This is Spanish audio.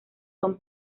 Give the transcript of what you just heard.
son